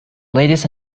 ladies